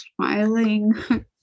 smiling